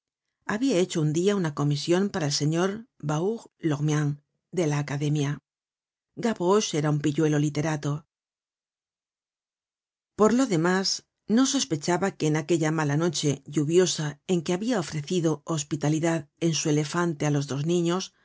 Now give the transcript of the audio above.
habia hecho un dia una comision para el señor baour lormian de la academia gavroche era un pilluelo literato por lo demás no sospechaba que en aquella mala noche lluviosa en que habia ofrecido hospitalidad en su elefante á los dos niños